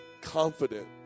confident